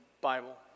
Bible